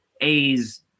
A's